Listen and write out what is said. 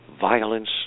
violence